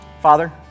Father